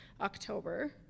October